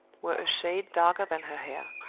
were a shade darker than her hair